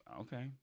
Okay